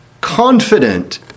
confident